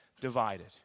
divided